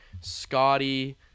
Scotty